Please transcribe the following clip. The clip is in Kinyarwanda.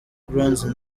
bronze